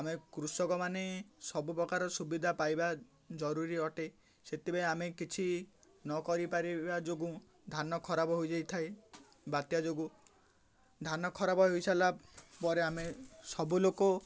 ଆମେ କୃଷକମାନେ ସବୁପ୍ରକାର ସୁବିଧା ପାଇବା ଜରୁରୀ ଅଟେ ସେଥିପାଇଁ ଆମେ କିଛି ନ କରିପାରିବା ଯୋଗୁଁ ଧାନ ଖରାପ ହୋଇଯାଇଥାଏ ବାତ୍ୟା ଯୋଗୁଁ ଧାନ ଖରାପ ହେଇସାରିଲା ପରେ ଆମେ ସବୁ ଲୋକ